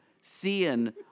seeing